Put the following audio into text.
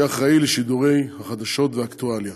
שיהיה אחראי לשידורי החדשות והאקטואליה.